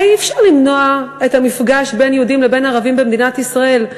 אי-אפשר למנוע את המפגש בין יהודים לבין ערבים במדינת ישראל,